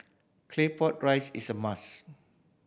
Claypot Rice is a must